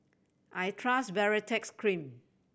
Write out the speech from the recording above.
I trust Baritex Cream